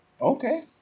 Okay